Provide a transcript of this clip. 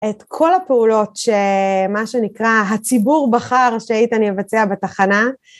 את כל הפעולות שמה שנקרא הציבור בחר שאיתן יבצע בתחנה